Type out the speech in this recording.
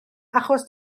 achos